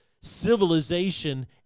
civilization